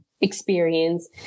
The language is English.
experience